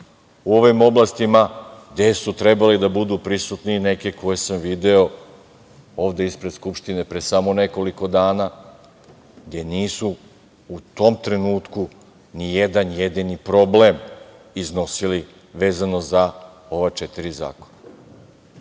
u ovim oblastima, gde su trebali da budu prisutni i neki koje sam video ovde ispred Skupštine pre samo nekoliko dana gde nisu u tom trenutku nijedan jedini problem iznosili vezano za ova četiri zakona.